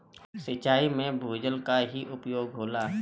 सिंचाई में भूजल क ही उपयोग होला